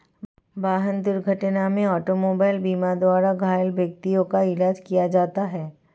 वाहन दुर्घटना में ऑटोमोबाइल बीमा द्वारा घायल व्यक्तियों का इलाज किया जाता है